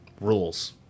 rules